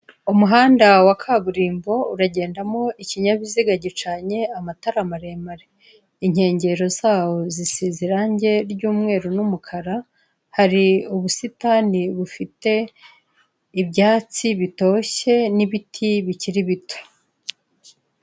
Umuhanda wa kaburimbo uragendamo ikinyabiziga gicanye amatara maremare, inkengero zawo zisize irangi ry'umweru n'umukara, hari ubusitani bufite ibyatsi bitoshye n'ibiti bikiri bito.